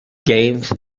games